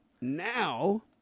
Now